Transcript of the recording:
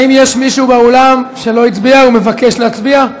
האם יש מישהו באולם שלא הצביע ומבקש להצביע?